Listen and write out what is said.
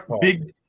big